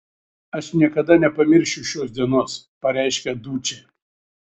aš niekada nepamiršiu šios dienos pareiškė dučė